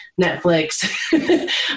Netflix